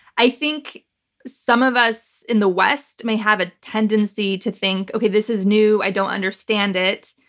i think some of us in the west may have a tendency to think, okay, this is new. i don't understand it.